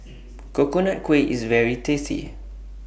Coconut Kuih IS very tasty